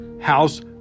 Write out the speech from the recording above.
House